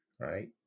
right